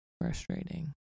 frustrating